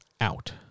out